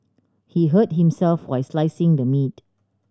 he hurt himself while slicing the meat